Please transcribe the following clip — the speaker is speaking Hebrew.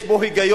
יש בו היגיון?